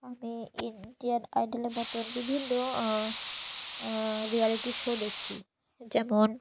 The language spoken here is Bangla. আমি ইন্ডিয়ান আইডলের মতন বিভিন্ন রিয়ালিটি শো দেখি যেমন